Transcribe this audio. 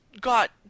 got